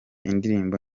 indirimbo